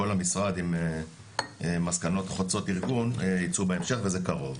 המשרד עם מסקנות חוצות ארגון יצאו בהמשך וזה קרוב.